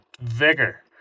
Vigor